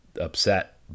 upset